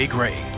Gray